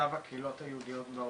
מצב הקהילות היהודיות בעולם.